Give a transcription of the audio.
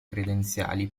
credenziali